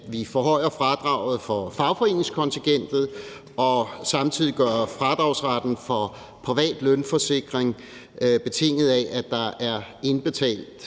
man forhøjer fradraget for fagforeningskontingentet, og at man samtidig gør fradragsretten for privat lønforsikring betinget af, at der er indbetalt